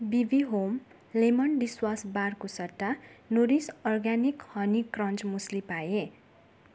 BB home lemon dishwash बारको सट्टा nourish organic honey crunch muesli पाएँ